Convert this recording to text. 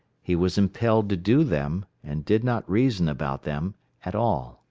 he was impelled to do them, and did not reason about them at all.